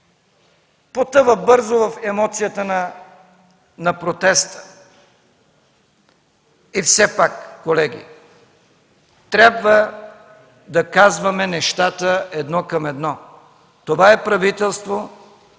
потъва бързо в емоцията на протеста. И все пак, колеги, трябва да казваме нещата едно към едно. Това е правителство,